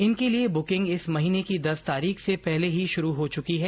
इनके लिये बुकिंग इस महीने की दस तारीख से पहले ही शुरू हो चुकी है